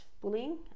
bullying